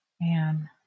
man